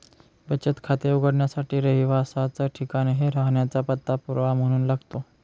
बचत खाते उघडण्यासाठी रहिवासाच ठिकाण हे राहण्याचा पत्ता पुरावा म्हणून लागतो